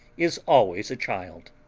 is always a child.